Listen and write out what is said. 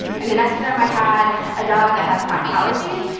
and the next room, i had a dog that has chronic allergies.